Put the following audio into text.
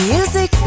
Music